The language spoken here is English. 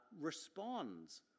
responds